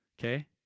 okay